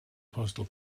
postal